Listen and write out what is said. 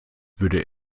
würde